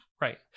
Right